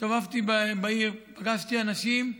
הסתובבתי בעיר, פגשתי אנשים.